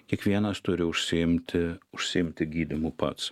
kiekvienas turi užsiimti užsiimti gydymu pats